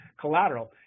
collateral